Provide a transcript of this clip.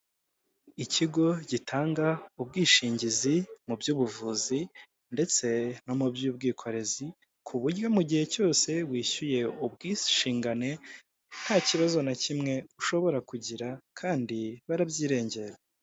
Ikigo gitanga ubwishingizi mu by'ubuvuzi ndetse no mu by'ubwikorezi, ku buryo mu gihe cyose wishyuye ubwishingane nta kibazo na kimwe ushobora kugira kandi barabyirengera.